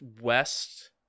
west